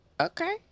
okay